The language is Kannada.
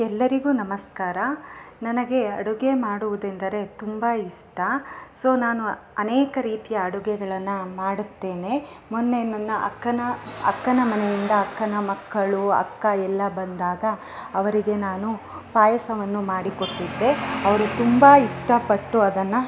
ಎಲ್ಲರಿಗೂ ನಮಸ್ಕಾರ ನನಗೆ ಅಡುಗೆ ಮಾಡುವುದೆಂದರೆ ತುಂಬ ಇಷ್ಟ ಸೊ ನಾನು ಅನೇಕ ರೀತಿಯ ಅಡುಗೆಗಳನ್ನು ಮಾಡುತ್ತೇನೆ ಮೊನ್ನೆ ನನ್ನ ಅಕ್ಕನ ಅಕ್ಕನ ಮನೆಯಿಂದ ಅಕ್ಕನ ಮಕ್ಕಳು ಅಕ್ಕ ಎಲ್ಲ ಬಂದಾಗ ಅವರಿಗೆ ನಾನು ಪಾಯಸವನ್ನು ಮಾಡಿ ಕೊಟ್ಟಿದ್ದೆ ಅವರು ತುಂಬ ಇಷ್ಟ ಪಟ್ಟು ಅದನ್ನು